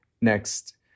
next